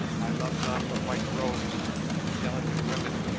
i love not the white robes and the delicate women,